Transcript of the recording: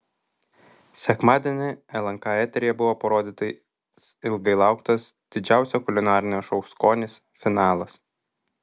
sekmadienį lnk eteryje buvo parodytas ilgai lauktas didžiausio kulinarinio šou skonis finalas